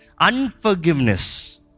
Unforgiveness